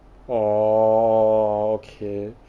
orh okay